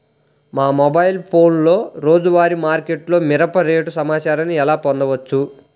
మా మొబైల్ ఫోన్లలో రోజువారీ మార్కెట్లో మిరప రేటు సమాచారాన్ని ఎలా పొందవచ్చు?